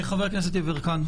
חבר הכנסת יברקן,